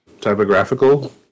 typographical